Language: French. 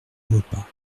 repas